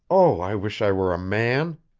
oh, i wish i were a man!